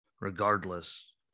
regardless